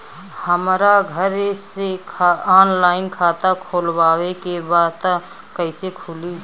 हमरा घरे से ऑनलाइन खाता खोलवावे के बा त कइसे खुली?